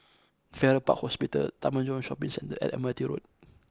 Farrer Park Hospital Taman Jurong Shopping Centre and Admiralty Road